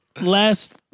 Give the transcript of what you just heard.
last